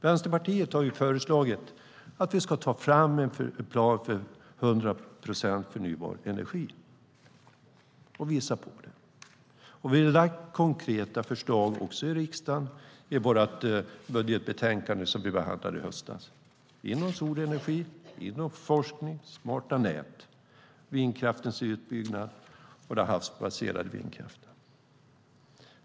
Vänsterpartiet har föreslagit att vi ska ta fram en plan för 100 procent förnybar energi och visat på det. Vi har lagt fram konkreta förslag i riksdagen i vårt budgetbetänkande som vi behandlade i höstas när det gäller solenergi, forskning, smarta nät, vindkraftens utbyggnad och den havsbaserade vindkraften.